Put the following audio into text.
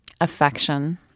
Affection